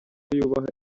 yubaha